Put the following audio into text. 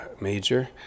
major